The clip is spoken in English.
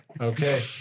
okay